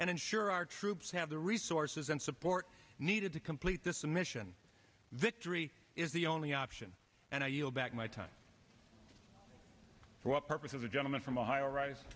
and ensure our troops have the resources and support needed to complete this mission victory is the only option and i yield back my time for the purpose of the gentleman from ohio wri